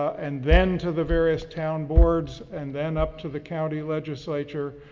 and then to the various town boards and then up to the county legislature.